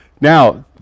Now